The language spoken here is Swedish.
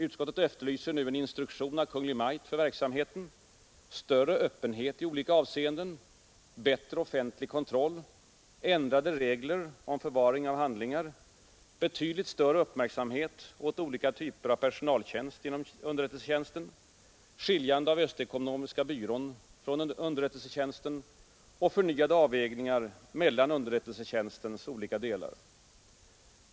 Utskottet efterlyser nu en instruktion av Kungl. Maj:t för verksamheten, större öppenhet i olika avseenden, bättre offentlig kontroll, ändrade regler om förvaring av handlingar, betydligt större uppmärksamhet åt olika typer av personaltjänst inom underrättelsetjänsten, skiljande av Öst Ekonomiska Byrån från underrättelsetjänsten samt förnyade avvägningar mellan underrättelsetjänstens olika delar.